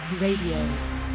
Radio